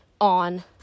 on